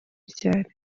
ryari